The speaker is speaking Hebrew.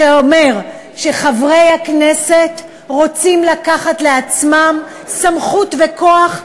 שאומר שחברי הכנסת רוצים לקחת לעצמם סמכות בכוח,